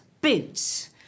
boots